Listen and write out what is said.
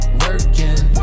working